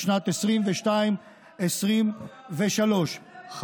לשנת 2023-2022. אבל אתה לא מסביר,